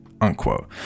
Unquote